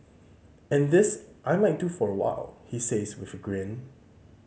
and this I might do for a while he says with a grin